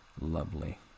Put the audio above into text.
lovely